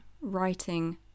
writing